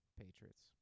Patriots